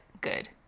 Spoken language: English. Good